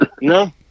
No